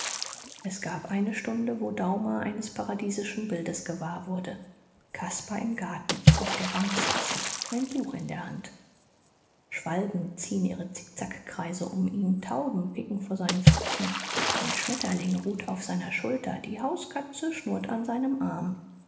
es gab eine stunde wo daumer eines paradiesischen bildes gewahr wurde caspar im garten auf der bank sitzend ein buch in der hand schwalben ziehen ihre zickzackkreise um ihn tauben picken vor seinen füßen ein schmetterling ruht auf seiner schulter die hauskatze schnurrt an seinem arm